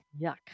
Yuck